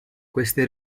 queste